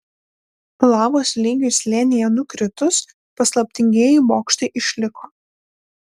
lavos lygiui slėnyje nukritus paslaptingieji bokštai išliko